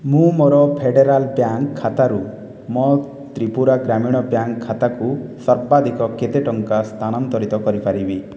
ମୁଁ ମୋର Federal Bank ଖାତାରୁ ମୋ ତ୍ରିପୁରା ଗ୍ରାମୀଣ ବ୍ୟାଙ୍କ ଖାତାକୁ ସର୍ବାଧିକ କେତେ ଟଙ୍କା ସ୍ଥାନାନ୍ତରିତ କରିପାରିବି